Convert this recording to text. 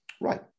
right